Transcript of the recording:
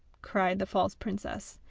cried the false princess,